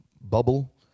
bubble